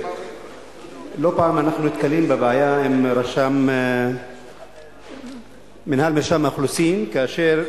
לא פעם אנחנו נתקלים בבעיה עם מינהל מרשם האוכלוסין כאשר,